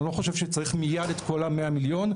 אני לא חושב שצריך את כל ה-100 מיליון מיד,